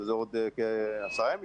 שזה עוד כעשרה ימים,